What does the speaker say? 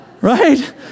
right